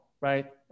right